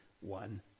one